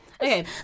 Okay